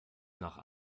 nach